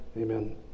Amen